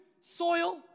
Soil